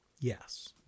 Yes